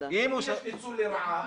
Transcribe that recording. הוועדה לא חייב לתת להם.